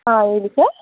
ಹಾಂ ಹೇಳಿ ಸರ್